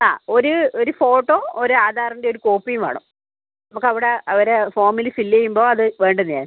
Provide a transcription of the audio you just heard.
ആ ഒരു ഒരു ഫോട്ടോ ഒരു ആധാറിൻ്റെ ഒരു കോപ്പിയും വേണം നമുക്ക് അവിടെ അവർ ഫോമിൽ ഫിൽ ചെയ്യുമ്പോൾ അത് വേണ്ടതാണ്